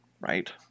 Right